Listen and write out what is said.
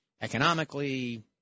economically